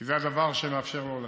כי זה הדבר שמאפשר לו לצאת,